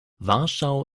warschau